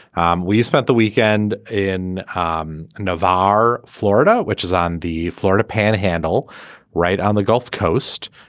um we spent the weekend in ah um navarre florida which is on the florida panhandle right on the gulf coast